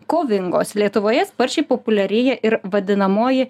kovingos lietuvoje sparčiai populiarėja ir vadinamoji